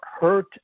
hurt